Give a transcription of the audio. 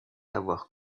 avoir